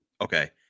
okay